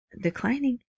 declining